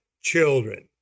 children